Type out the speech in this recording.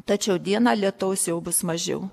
tačiau dieną lietaus jau bus mažiau